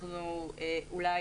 אולי